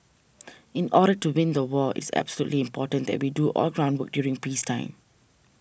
in order to win the war it's absolutely important that we do all the groundwork during peacetime